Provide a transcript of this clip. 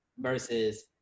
versus